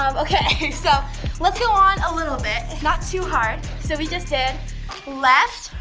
um okay, so let's go on a little bit. it's not too hard. so, we just did left,